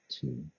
two